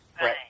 Right